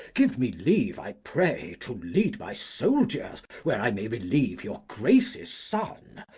give me leave, i pray, to lead my soldiers where i may relieve your grace's son,